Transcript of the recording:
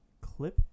Clip